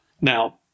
Now